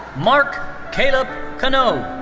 mark kalep kanode.